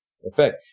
effect